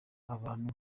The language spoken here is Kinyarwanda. abantu